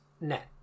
net